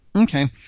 Okay